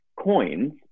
coins